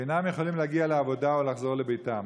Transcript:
ואינם יכולים להגיע לעבודה או לחזור לביתם.